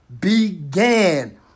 began